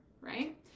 Right